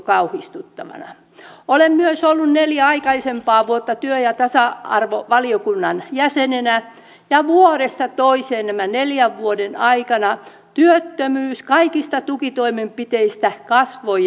olen myös ollut neljä aikaisempaa vuotta työ ja tasa arvovaliokunnan jäsenenä ja vuodesta toiseen näiden neljän vuoden aikana työttömyys kaikista tukitoimenpiteistä huolimatta kasvoi ja kasvoi